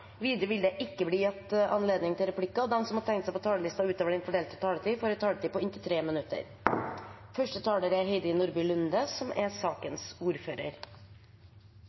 Videre vil det ikke bli gitt anledning til replikker, og de som måtte tegne seg på talerlisten utover den fordelte taletid, får også en taletid på inntil 3 minutter. Dette forslaget tar for seg at personer som